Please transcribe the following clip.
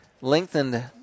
lengthened